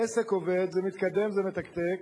העסק עובד, זה מתקתק, זה מתקדם,